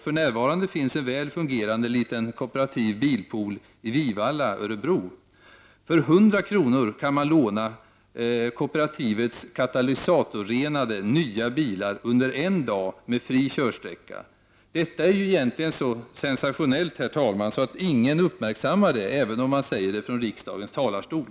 För närvarande finns det en väl fungerande liten kooperativ bilpool i Vivalla, Örebro. För 100 kr. kan man låna kooperativets katalysatorrenade nya bilar under en dag med fri körsträcka. Detta är egentligen så sensationellt att ingen uppmärksammar det, även om det sägs från riksdagens talarstol.